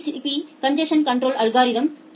B congestion control அல்கோரிததை தூண்டும்